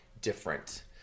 different